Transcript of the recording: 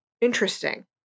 Interesting